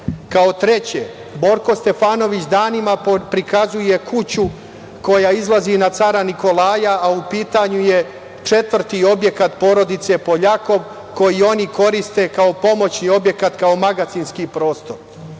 treće, Borko Stefanović danima prikazuje kuću koja izlazi na Cara Nikolaja, a u pitanju je četvrti objekat porodice Poljakov, koji oni koriste kao pomoćni objekat, kao magacinski prostor. Kao